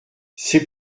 c’est